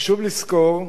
חשוב לזכור,